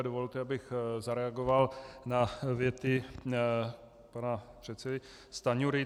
Dovolte, abych zareagoval na věty pana předsedy Stanjury.